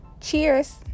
cheers